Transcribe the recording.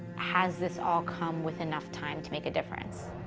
has this all come with enough time to make a difference?